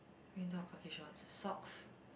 khaki shorts socks